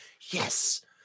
Yes